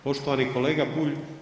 Poštovano kolega Bulj.